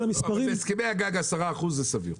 המספרים --- בהסכמי הגג 10% זה סביר.